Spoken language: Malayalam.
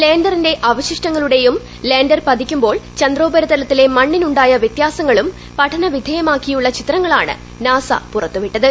ലാൻഡറിന്റെ അവശിഷ്ടങ്ങളുടെയും ലാൻഡർ പതിക്കുമ്പോൾ ചന്ദ്രോപരിതലത്തിലെ മണ്ണിനുായ വൃത്യാസങ്ങളും പഠന വിധേയമാക്കിയുള്ള ചിത്രങ്ങളാണ് നാസ പുറത്തുവിട്ടത്